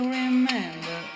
remember